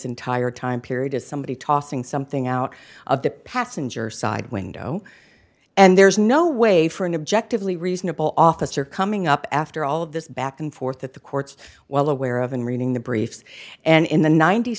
entire time period is somebody tossing something out of the passenger side window and there's no way for an objective lee reasonable officer coming up after all of this back and forth that the court's well aware of and reading the briefs and in the ninety